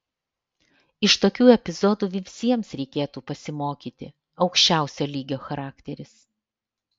iš tokių epizodų visiems reikėtų pasimokyti aukščiausio lygio charakteris